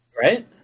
right